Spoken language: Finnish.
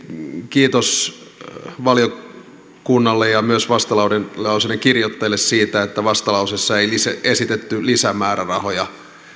kiitos valiokunnalle ja myös vastalauseiden kirjoittajille siitä että vastalauseessa ei esitetty lisämäärärahoja